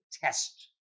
test